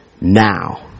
Now